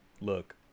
look